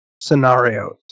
scenarios